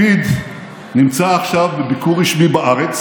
לפיד נמצא עכשיו בביקור רשמי בארץ